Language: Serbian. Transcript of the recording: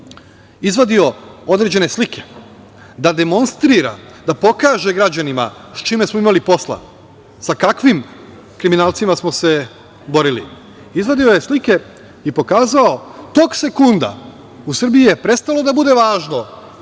izvadio određene slike da demonstrira, da pokaže građanima sa čime smo imali posla, sa kakvim kriminalcima smo se borili. Izvadio je slike i pokazao, tog sekunda u Srbiji je prestalo da bude važno